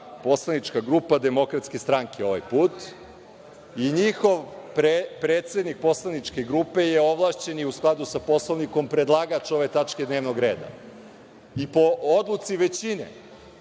poslanička grupa DS ovaj put i njihov predsednik poslaničke grupe je ovlašćeni, u skladu sa Poslovnikom, predlagač ove tačke dnevnog reda. Po odluci većine,